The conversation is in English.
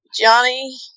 Johnny